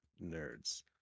nerds